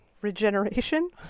regeneration